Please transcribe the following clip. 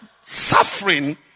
suffering